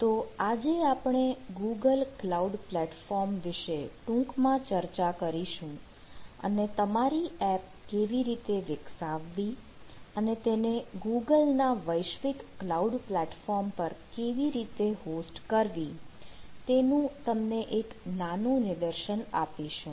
તો આજે આપણે ગૂગલ ક્લાઉડ પ્લેટફોર્મ વિશે ટૂંકમાં ચર્ચા કરીશું અને તમારી એપ કેવી રીતે વિકસાવવી અને તેને ગૂગલના વૈશ્વિક ક્લાઉડ પ્લેટફોર્મ પર કેવી રીતે હોસ્ટ કરવી તેનું તમને એક નાનું નિદર્શન આપીશું